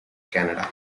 canada